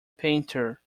painter